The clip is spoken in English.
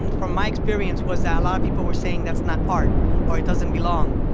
and from my experience, was that a lot of people were saying that's not art or it doesn't belong,